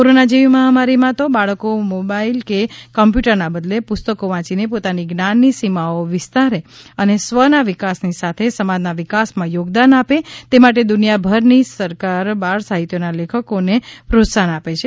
corona જેવી મહામારીમાં તો બાળકો મોબાઇક કે કમ્યુતિટરના બદલે પુસ્તકો વાંચીને પોતાની જ્ઞાનની સીમાઓ વિસ્તારે અને સ્વ ના વિકાસની સાથે સમાજના વિકાસમાં યોગદાન આપે તે માટે દુનિયાભરની સરકારો બાળસાહિત્યના લેખકોને પ્રોત્સાહન આપે છે